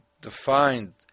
defined